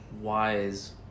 wise